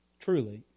truly